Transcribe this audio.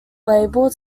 label